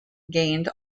gained